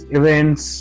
events